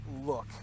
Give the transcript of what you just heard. look